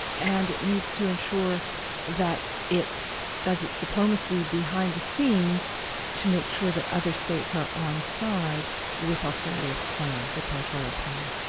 and it needs to ensure that it does its diplomacy behind the scenes to make sure that other states are on side with australia's claim, the territorial claim.